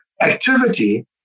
activity